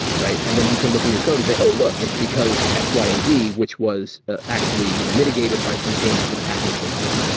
and then you can look in your code and say, oh, look. it's because x, y, and z, which was ah actually you know mitigated by some changes that have happened since then,